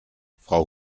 frau